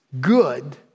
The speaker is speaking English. Good